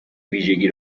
ویژگی